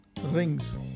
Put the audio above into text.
rings